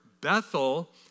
Bethel